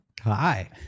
hi